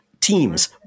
Teams